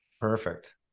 Perfect